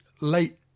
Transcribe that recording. late